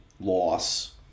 loss